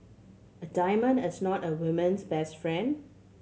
a diamond is not a woman's best friend